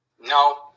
no